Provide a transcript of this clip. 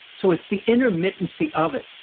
so it's the intermittency of it.